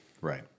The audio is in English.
Right